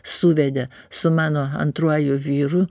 suvedė su mano antruoju vyru